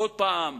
עוד פעם,